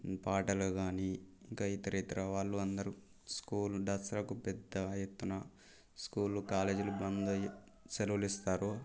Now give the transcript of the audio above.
పాటలు గానీ ఇంకా ఇతరేతరవాళ్ళు అందరూ స్కూల్ దసరాకు పెద్ద ఎత్తున స్కూల్ కాలేజీలు బంద్ అయ్యి సెలవలు ఇస్తారు